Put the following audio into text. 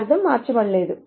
అర్థం మార్చబడలేదు